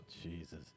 Jesus